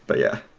but yeah.